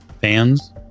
fans